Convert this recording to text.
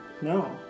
No